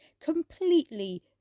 completely